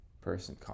Person